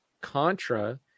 Contra